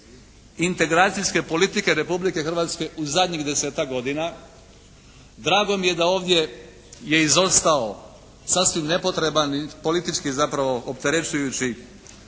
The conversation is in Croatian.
integracijske politike Republike Hrvatske u zadnjih desetak godina. Drago mi je da ovdje je izostao sasvim nepotreban politički zapravo opterećujući